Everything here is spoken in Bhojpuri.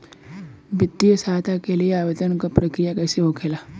वित्तीय सहायता के लिए आवेदन क प्रक्रिया कैसे होखेला?